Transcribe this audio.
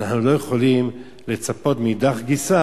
אנחנו לא יכולים לצפות מאידך גיסא